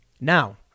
Now